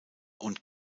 und